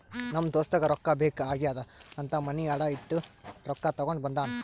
ನಮ್ ದೋಸ್ತಗ ರೊಕ್ಕಾ ಬೇಕ್ ಆಗ್ಯಾದ್ ಅಂತ್ ಮನಿ ಅಡಾ ಇಟ್ಟು ರೊಕ್ಕಾ ತಗೊಂಡ ಬಂದಾನ್